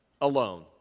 Alone